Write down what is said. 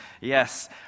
Yes